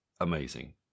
amazing